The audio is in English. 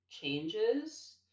changes